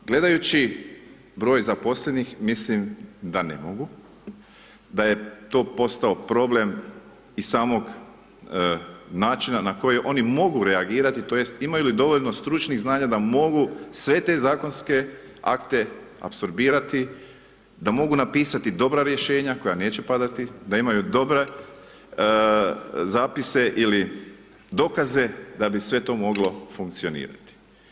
Gledajući broj zaposlenih, mislim da ne mogu, da je to postao problem i samog način na koji oni mogu reagirati tj. imaju li dovoljno stručnih znanja da mogu sve te zakonske akte apsorbirati, da mogu napisati dobra rješenja koja neće padati, da imaju dobre zapise ili dokaze da bi sve to moglo funkcionirati.